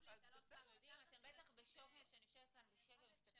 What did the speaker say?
אתם בטח לא מבינים למה אני יושבת ומסתכלת.